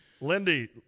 Lindy